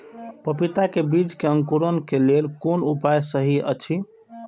पपीता के बीज के अंकुरन क लेल कोन उपाय सहि अछि?